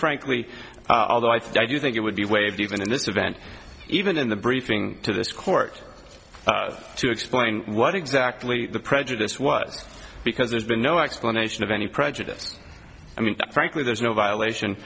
frankly although it's do you think it would be waived even in this event even in the briefing to this court to explain what exactly the prejudice was because there's been no explanation of any prejudice i mean frankly there's no violation